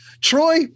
Troy